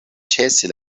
ĉesi